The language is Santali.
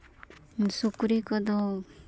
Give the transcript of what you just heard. ᱥᱩᱠᱨᱤ ᱠᱚᱫᱚ